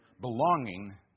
belonging